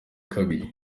kabiri